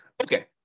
Okay